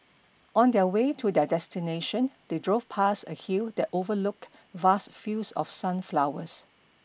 on their way to their destination they drove past a hill that overlooked vast fields of sunflowers